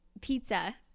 pizza